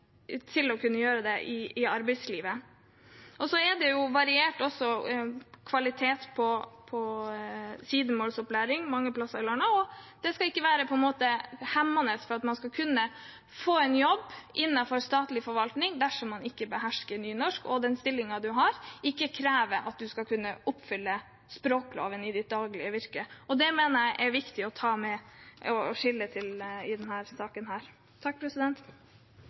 å kunne gjøre det. Det er også variert kvalitet på sidemålsopplæringen mange steder i landet, og det skal ikke være hemmende for å kunne få en jobb innenfor statlig forvaltning at man ikke behersker nynorsk, og den stillingen man har, ikke krever at man skal kunne oppfylle språkloven i sitt daglige virke. Det skillet mener jeg er viktig å ta med